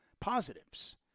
positives